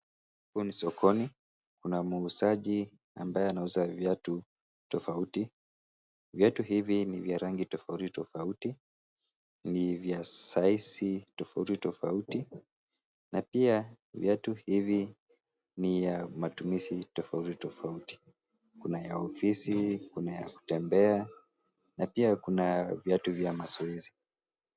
Huku ni sokoni. Kuna muuzaji ambaye anauza viatu tofauti. Viatu hivi ni vya rangi tofauti tofauti. Ni vya saizi tofauti tofauti na pia, viatu hivi ni ya matumizi tofauti tofauti. Kuna ya ofisi, kuna ya kutembea na pia, kuna viatu vya mazoezi.